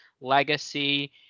legacy